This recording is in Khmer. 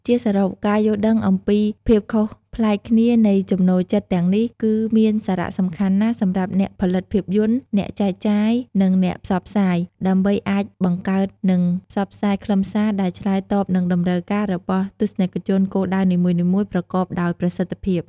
ជាសរុប ការយល់ដឹងអំពីភាពខុសប្លែកគ្នានៃចំណូលចិត្តទាំងនេះ គឺមានសារៈសំខាន់ណាស់សម្រាប់អ្នកផលិតភាពយន្ត អ្នកចែកចាយ និងអ្នកផ្សព្វផ្សាយ ដើម្បីអាចបង្កើត និងផ្សព្វផ្សាយខ្លឹមសារដែលឆ្លើយតបនឹងតម្រូវការរបស់ទស្សនិកជនគោលដៅនីមួយៗប្រកបដោយប្រសិទ្ធភាព។